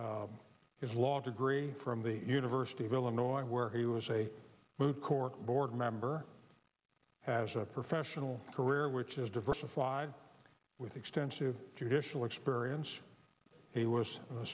kappa his law degree from the university of illinois where he was a mood cork board member has a professional career which is diversified with extensive judicial experience he was an